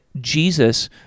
Jesus